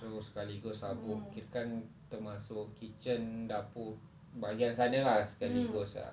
itu sekali terus habuk kirakan termasuk kitchen dapur bahagian sana lah sekaligus ah